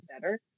better